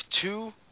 two